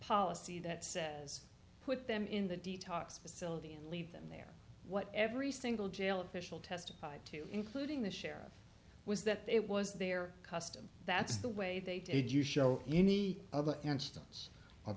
policy that says put them in the detox facility and leave them there what every single jail official testified to including the sheriff was that it was their custom that's the way they did you show any other instance o